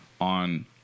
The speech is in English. on